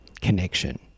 connection